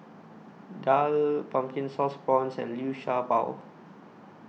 Daal Pumpkin Sauce Prawns and Liu Sha Bao